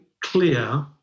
clear